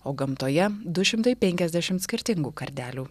o gamtoje du šimtai penkiasdešimt skirtingų kardelių